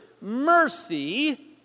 mercy